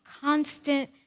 constant